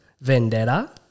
Vendetta